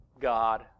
God